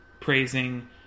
praising